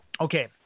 Okay